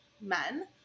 men